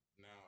now